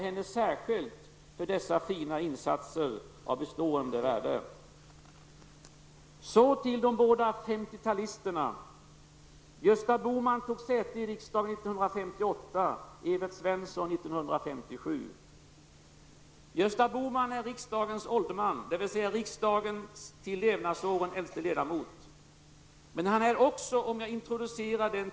Hon har visat ett osedvanligt stort personligt engagemang i de mycket svåra vårdfrågorna, t.ex. på ungdomsvårdsområdet. Och hon har inte värjt sig för att ge sig i kast med nya och besvärliga områden.